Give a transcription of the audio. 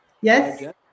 Yes